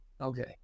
Okay